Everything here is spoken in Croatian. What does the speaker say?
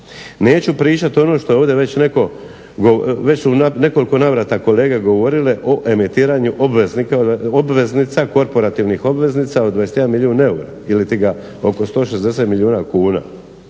Neću pričati o onome što je ovdje već netko, već su u nekoliko navrata kolege govorile, o emetiranju obveznica, korporativnih obveznica od 21 milijun eura ili ti ga oko 160 milijuna kuna.